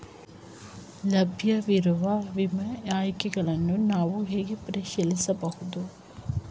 ಲಭ್ಯವಿರುವ ವಿಮಾ ಆಯ್ಕೆಗಳನ್ನು ನಾನು ಹೇಗೆ ಪರಿಶೀಲಿಸಬಹುದು?